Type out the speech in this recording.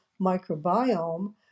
microbiome